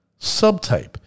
subtype